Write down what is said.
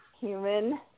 human